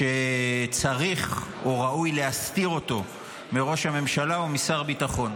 שצריך או ראוי להסתיר אותו מראש הממשלה או משר הביטחון.